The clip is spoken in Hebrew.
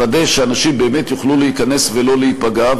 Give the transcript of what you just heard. לוודא שאנשים באמת יוכלו להיכנס ולא להיפגע.